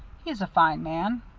he's a fine man.